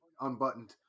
unbuttoned